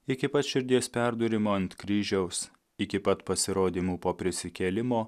iki pat širdies perdūrimo ant kryžiaus iki pat pasirodymų po prisikėlimo